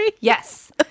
yes